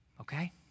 okay